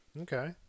Okay